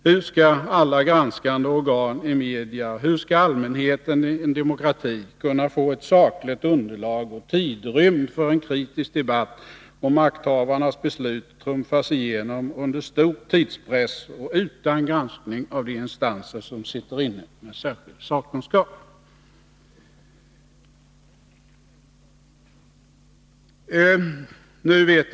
Hur skall alla granskande organ i media, hur skall allmänheten i en demokrati kunna få ett sakligt underlag och tid för en kritisk debatt, om makthavarnas beslut trumfas igenom under stor tidspress och utan granskning av de instanser som sitter inne med särskilda sakkunskaper?